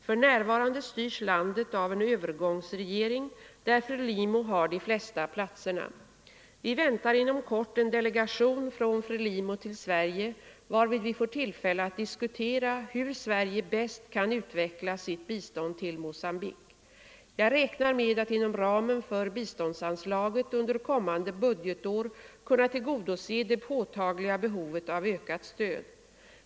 För närvarande Om ökat bistånd åt styrs landet av en övergångsregering, där FRELIMO har de flesta plat — Guinea-Bissau och serna. Vi väntar inom kort en delegation från FRELIMO till Sverige, Mocambique varvid vi får tillfälle att diskutera hur Sverige bäst kan utveckla sitt bistånd till Mogambique. Jag räknar med att inom ramen för bistånds anslaget under kommande budgetår kunna tillgodose det påtagliga be hovet av ökat stöd.